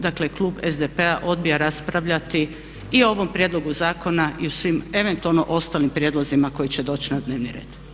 Dakle, klub SDP-a odbija raspravljati i o ovom prijedlogu zakona i o svim eventualno ostalim prijedlozima koji će doći na dnevni red.